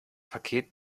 paket